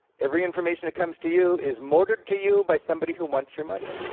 every information that comes to you is motored to you by somebody who wants your money,